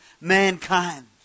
mankind